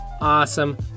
awesome